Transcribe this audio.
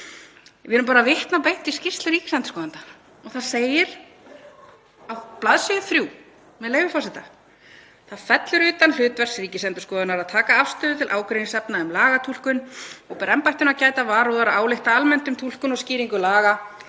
Við erum bara að vitna beint í skýrslu ríkisendurskoðanda og á blaðsíðu 3 segir, með leyfi forseta: „Það fellur utan hlutverks Ríkisendurskoðunar að taka afstöðu til ágreiningsefna um lagatúlkun og ber embættinu að gæta varúðar að álykta almennt um túlkun og skýringu laga,